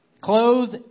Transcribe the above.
clothed